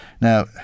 now